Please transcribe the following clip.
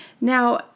Now